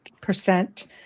percent